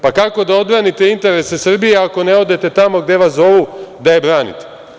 Pa kako da odbranite interese Srbije, ako ne odete tamo gde vas zovu da je branite?